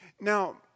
now